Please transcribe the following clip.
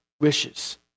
wishes